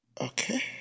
Okay